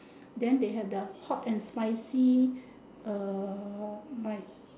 then they have the hot and spicy uh like